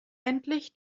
endlich